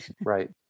Right